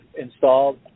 installed